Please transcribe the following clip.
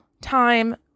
time